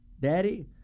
daddy